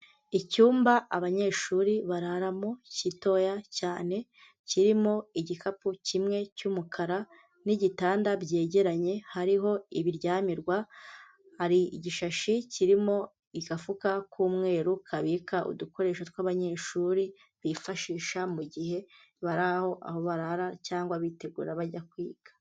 Icyumba abanyeshuri bararamo gitoya cyane, kirimo igikapu kimwe cy'umukara n'igitanda byegeranye, hariho ibiryamirwa, hari igishashi kirimo agafuka k'umweru kabika udukoresho tw'abanyeshuri bifashisha mu gihe bari aho aho barara cyangwa bitegura bajya kwiga.